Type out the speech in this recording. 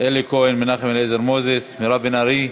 אלי כהן, מנחם אליעזר מוזס, מירב בן ארי,